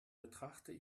betrachte